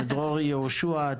דרור יהושע,